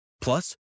Plus